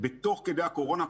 תוך כדי הקורונה,